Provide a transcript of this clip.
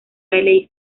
valley